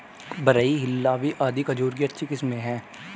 बरही, हिल्लावी आदि खजूर की अच्छी किस्मे हैं